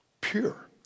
pure